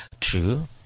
True